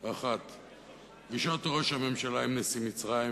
1. פגישות ראש הממשלה עם נשיא מצרים,